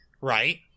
Right